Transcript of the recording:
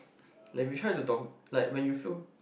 like we to talk like when you feel